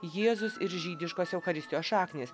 jėzus ir žydiškos eucharistijos šaknys